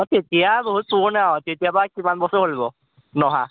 অঁ তেতিয়া বহুত পুৰণা আৰু তেতিয়াৰ পৰা কিমান বছৰ হৈ গ'ল নহা